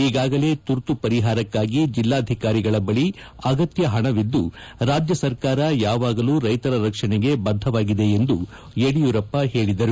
ಈಗಾಗಲೇ ತುರ್ತು ಪರಿಹಾರಕ್ಕಾಗಿ ಜಿಲ್ಲಾಧಿಕಾರಿಗಳ ಬಳಿ ಅಗತ್ಯ ಹಣವಿದ್ದು ರಾಜ್ಯ ಸರ್ಕಾರ ಯಾವಾಗಲೂ ರೈತರ ರಕ್ಷಣೆಗೆ ಬದ್ದವಾಗಿದೆ ಎಂದು ಯಡಿಯೂರಪ್ಪ ಹೇಳಿದರು